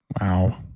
Wow